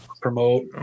promote